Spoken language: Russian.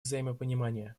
взаимопонимание